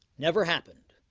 never happened.